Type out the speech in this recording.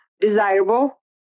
desirable